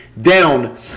down